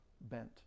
bent